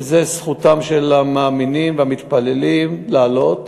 וזו זכותם של המאמינים והמתפללים לעלות,